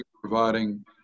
providing